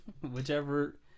Whichever